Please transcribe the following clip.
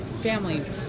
family